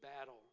battle